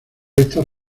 estas